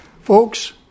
Folks